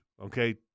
Okay